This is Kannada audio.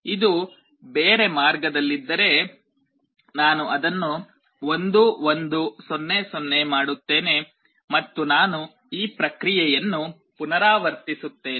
ಇದು ಬೇರೆ ಮಾರ್ಗದಲ್ಲಿದ್ದರೆ ನಾನು ಅದನ್ನು 1 1 0 0 ಮಾಡುತ್ತೇನೆ ಮತ್ತು ನಾನು ಈ ಪ್ರಕ್ರಿಯೆಯನ್ನು ಪುನರಾವರ್ತಿಸುತ್ತೇನೆ